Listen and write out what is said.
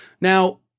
Now